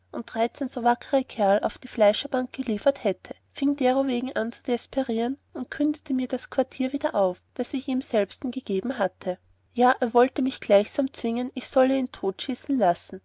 so wackere kerl auf die fleischbank geliefert hätte fieng derowegen an zu desperieren und kündete mir das quartier wieder auf das ich ihm selbsten gegeben hatte ja er wollte mich gleichsam zwingen ich sollte ihn totschießen lassen